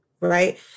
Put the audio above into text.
Right